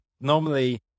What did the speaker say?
normally